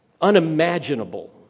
unimaginable